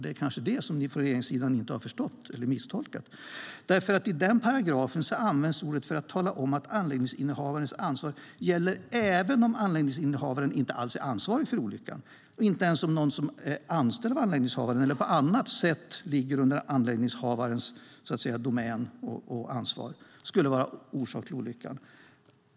Det är kanske det som ni från regeringssidan inte har förstått eller har misstolkat. I den paragrafen används ordet för att tala om att anläggningshavarens ansvar gäller även om anläggningshavaren inte alls är ansvarig för olyckan, även om någon som är anställd av anläggningshavaren eller som på annat sätt ligger under anläggningshavarens domän och ansvar skulle vara orsak till olyckan.